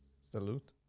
Salute